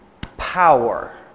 power